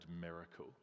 miracle